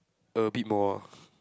a bit more ah